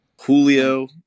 Julio